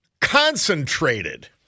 concentrated